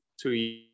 two